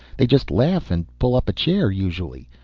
they just laugh and pull up a chair, usually.